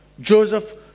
Joseph